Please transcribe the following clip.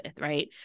right